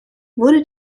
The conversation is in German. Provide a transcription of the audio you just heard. wurde